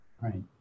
Right